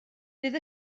bydd